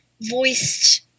voiced